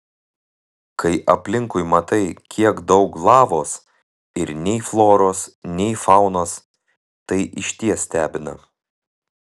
kai aplinkui matai kiek daug lavos ir nei floros nei faunos tai išties stebina